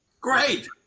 Great